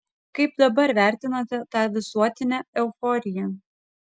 kaip dabar vertinate tą visuotinę euforiją